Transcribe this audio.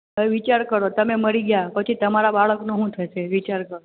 હવે વિચાર કરો તમે મરી ગયાં પછી તમારા બાળકનું શું થશે વિચાર કરો